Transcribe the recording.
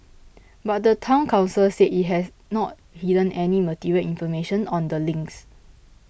but the Town Council said it had not hidden any material information on the links